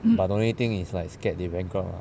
but the thing is like scared they bankrupt lah